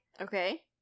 Okay